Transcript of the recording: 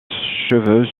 cheveux